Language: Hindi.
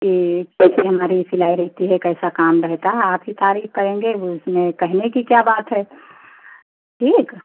कि कैसी हमारी सिलाई रहती है कैसा काम रहता है आप ही तारीफ करेंगे वह उसमें कहेने की क्या बात है ठीक